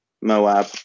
Moab